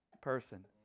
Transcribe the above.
person